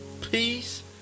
peace